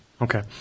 Okay